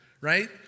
right